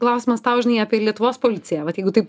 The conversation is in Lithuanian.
klausimas tau žinai apie lietuvos policiją vat jeigu taip